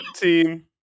team